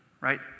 right